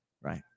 right